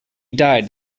died